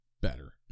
better